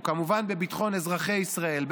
או כמובן בביטחון אזרחי ישראל,